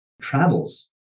travels